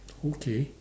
okay